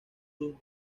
son